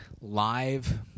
live